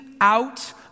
out